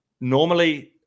normally